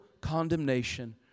condemnation